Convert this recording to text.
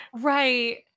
Right